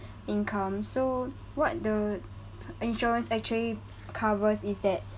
income so what the insurance actually covers is that